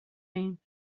ایم